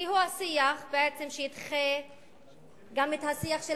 כי הוא השיח שבעצם ידחה גם את השיח של